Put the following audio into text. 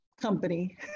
company